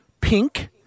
Pink